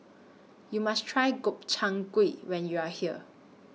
YOU must Try Gobchang Gui when YOU Are here